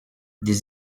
des